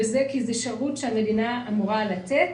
וזאת משום שזה שירות שהמדינה אמורה לתת.